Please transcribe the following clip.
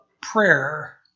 prayer